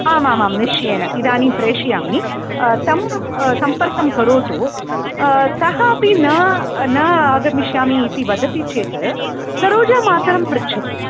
आमामां निश्चयेन इदानीं प्रेषयामि तं सम्पर्कं करोतु सः अपि न न आगमिष्यामि इति वदति चेत् सरोजामातरं पृच्छतु